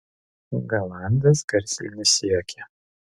galandas garsiai nusijuokė